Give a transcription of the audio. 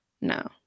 No